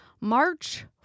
march